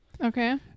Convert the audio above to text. okay